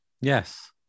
Yes